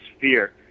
fear